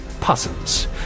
puzzles